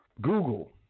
Google